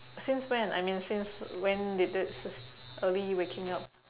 since when I mean since when did this early waking up